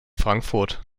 frankfurt